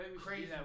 crazy